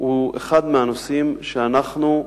הוא אחד מהנושאים שאנחנו,